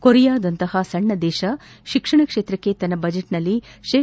ಕೊರಿಯಾದಂಥ ಸಣ್ಣ ದೇಶ ಶಿಕ್ಷಣ ಕ್ಷೇತ್ರಕ್ಕೆ ತನ್ನ ಬಜೆಟ್ನಲ್ಲಿ ಶೇ